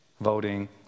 Voting